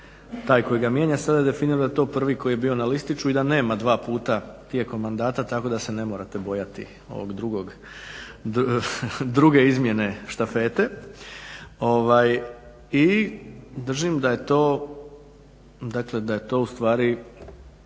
taj koji ga mijenja, sada definira da je to prvi koji je bio na listiću i da nema dva puta tijekom mandata, tako da se ne morate bojati ovog drugog, druge izmjene štafete. I držim da je to, dakle